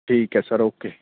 ਠੀਕ ਹੈ sir okay